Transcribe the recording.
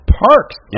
parks